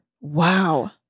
Wow